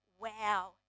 Wow